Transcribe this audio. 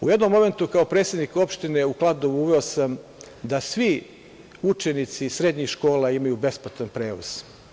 U jednom momentu kao predsednik opštine u Kladovu uveo sam da svi učenici iz srednjih škola imaju besplatan prevoz.